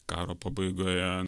karo pabaigoje